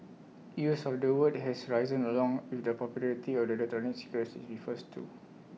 use of the word has risen along with the popularity of the cigarettes IT refers to